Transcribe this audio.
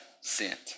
sent